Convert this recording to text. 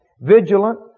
vigilant